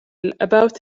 about